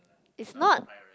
it's not